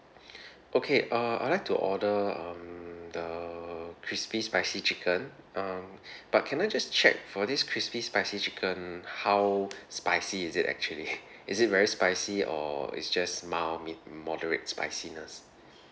okay uh I'd like to order um the crispy spicy chicken um but can I just check for this crispy spicy chicken how spicy is it actually is it very spicy or it's just mild mid moderate spiciness